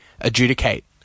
adjudicate